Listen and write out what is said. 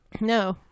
No